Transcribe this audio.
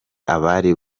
abari